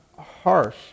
harsh